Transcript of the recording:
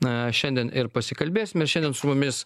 na šiandien ir pasikalbėsime šiandien su mumis